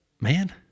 man